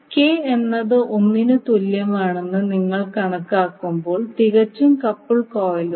k എന്നത് ഒന്നിന് തുല്യമാണെന്ന് നിങ്ങൾ കണക്കാക്കുമ്പോൾ തികച്ചും കപ്പിൾഡ് കോയിലുകൾ